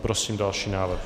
Prosím další návrh.